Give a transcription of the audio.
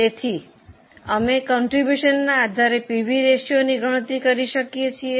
તેથી અમે ફાળોના આધારે પીવી રેશિયોની ગણતરી કરી શકીએ છીએ